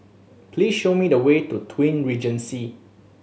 please show me the way to Twin Regency